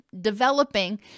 developing